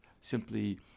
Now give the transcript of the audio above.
simply